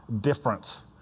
difference